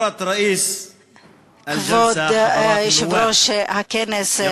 כבוד יושב-ראש הכנסת,